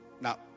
Now